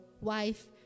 wife